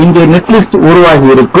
இங்கே netlist உருவாகி இருக்கும்